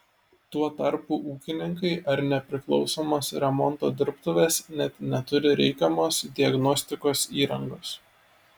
tuo tarpu ūkininkai ar nepriklausomos remonto dirbtuvės net neturi reikiamos diagnostikos įrangos